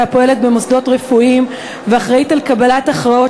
הפועלת במוסדות רפואיים ואחראית לקבלת הכרעות